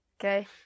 Okay